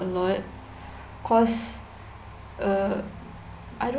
a lot cause uh I don't